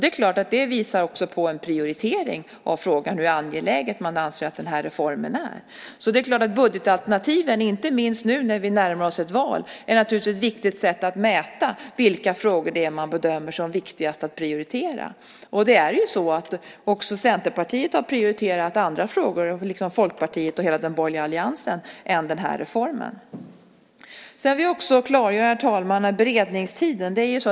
Det skulle ju visa på en prioritering, om frågan nu är angelägen. Inte minst nu, när vi närmar oss ett val, är budgetalternativen ett viktigt sätt att mäta vilka frågor man bedömer som viktigast. Centerpartiet, liksom Folkpartiet och hela den borgerliga alliansen, har prioriterat andra frågor än denna reform. Jag vill också klarlägga detta med beredningstiden.